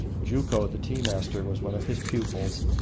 juko, the tea-master, was one of his pupils,